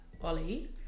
ollie